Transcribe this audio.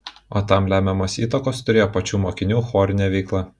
o tam lemiamos įtakos turėjo pačių mokinių chorinė veikla